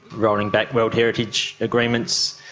rolling back world heritage agreements,